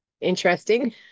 interesting